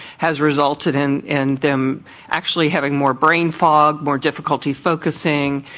has resulted in in them actually having more brain fog, more difficulty focusing,